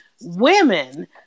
Women